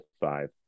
five